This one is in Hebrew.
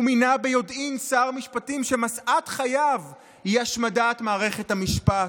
הוא מינה ביודעין שר משפטים שמשאת חייו היא השמדת מערכת המשפט.